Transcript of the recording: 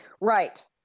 Right